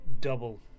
double